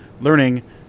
learning